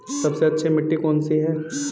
सबसे अच्छी मिट्टी कौन सी है?